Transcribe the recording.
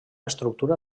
estructura